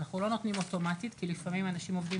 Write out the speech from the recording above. אנחנו לא נותנים אוטומטית כי לפעמים אנשים עובדים